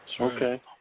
Okay